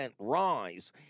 rise